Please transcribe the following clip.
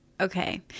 Okay